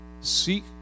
seek